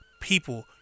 people